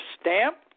stamp